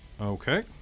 Okay